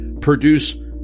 produce